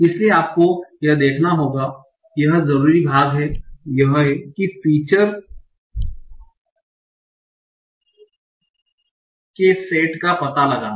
इसलिए आपको यह देखना होगा कि यहाँ जरूरी भाग यह है कि फीचर्स के सेट पता करना